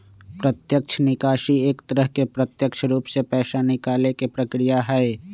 प्रत्यक्ष निकासी एक तरह से प्रत्यक्ष रूप से पैसा निकाले के प्रक्रिया हई